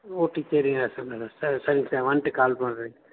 ஓட்டி சரிங்கங்கள சார் ச சரிங்க சார் வந்துட்டு கால் பண்ணுறேன்